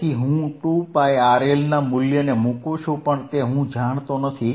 તેથી હું 2πRL ના મૂલ્યને મુકુ પણ તે હું જાણતો નથી